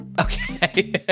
okay